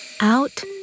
out